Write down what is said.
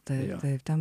taip taip ten